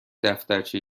دفترچه